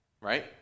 Right